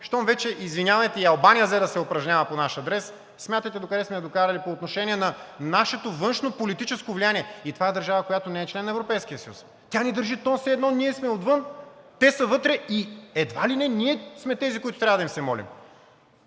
щом вече, извинявайте, и Албания взе да се упражнява по наш адрес, смятайте докъде сме я докарали по отношение на нашето външнополитическо влияние. И това е държава, която не е член на Европейския съюз. Тя ни държи тон все едно ние сме отвън, те са вътре и едва ли не ние сме тези, които трябва да им се молим.